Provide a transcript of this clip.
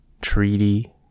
Treaty